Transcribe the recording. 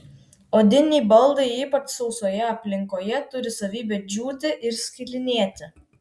odiniai baldai ypač sausoje aplinkoje turi savybę džiūti ir skilinėti